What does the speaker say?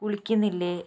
കുളിക്കുന്നില്ലേ